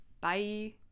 bye